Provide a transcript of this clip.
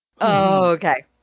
Okay